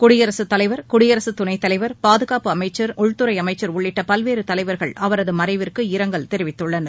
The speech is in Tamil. குடியரசுத் துணைத் தலைவர் பாதுகாப்பு அமைச்சர் உள்துறை அமைச்சர் உள்ளிட்ட பல்வேறு தலைவர்கள் அவரது மறைவிற்கு இரங்கல் தெரிவித்துள்ளனர்